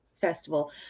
festival